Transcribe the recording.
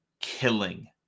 killing